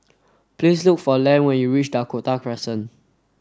please look for Len when you reach Dakota Crescent